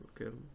Okay